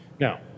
Now